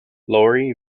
lori